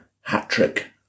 hat-trick